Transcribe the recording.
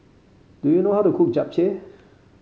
do you know how to cook Japchae